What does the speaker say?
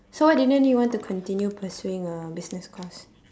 so why didn't you want to continue pursuing a business course